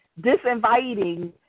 disinviting